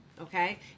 okay